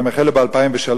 הן החלו ב-2003,